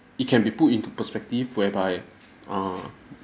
it can be put into perspective whereby err